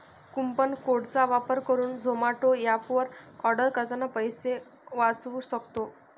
coupon code चा वापर करुन झोमाटो एप वर आर्डर करतांना पैसे वाचउ सक्तो